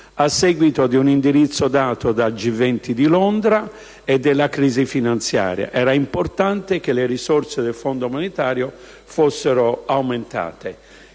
a seguito di un indirizzo dato dal G20 di Londra e della crisi finanziaria, era infatti importante che le risorse monetarie fossero aumentate.